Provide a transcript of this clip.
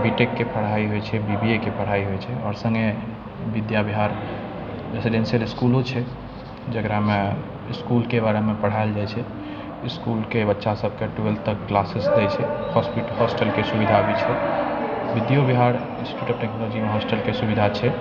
B tech के पढ़ाइ होइ छै बी बी ए के पढ़ाइ होइ छै आओर सङ्गे विद्याविहार रेसिडेन्शिअल इसकुलो छै जकरामे इसकुलके बारेमे पढ़ाएल जाइ छै इसकुलके बच्चा सबके ट्वेल्थ तऽ क्लासेज दै छै हॉस्टलके सुविधो भी छै विद्योविहार इन्स्टिट्यूट ऑफ टेक्नोलॉजी मास्टरके सुविधा छै